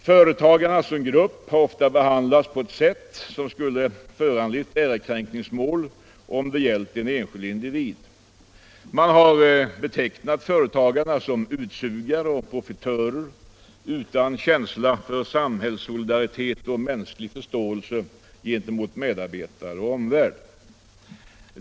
Företagarna som grupp har ofta behandlats på ett sätt som skulle föranlett ärekränkningsmål, om det gällt en enskild individ. Man har betecknat företagare som utsugare och profitörer utan känsla för samhällssolidaritet och mänsklig förståelse gentemot medarbetare och omvärld.